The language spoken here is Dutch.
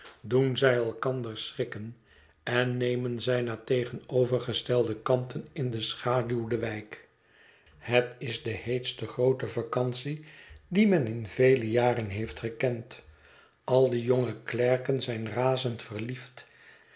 doen zij elkander schrikken en nemen zij naar tegenovergestelde kanten in de schaduw de wijk het is de heetste groote vacantie die men in vele jaren heeft gekend al de jonge klerken zijn razend verliefd